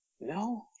No